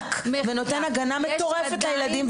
ענק והוא נותן הגנה מטורפת לילדים.